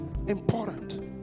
important